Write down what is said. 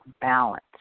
balance